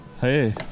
hey